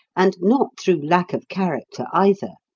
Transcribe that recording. and not through lack of character either.